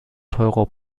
teure